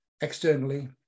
externally